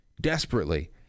desperately